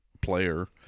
player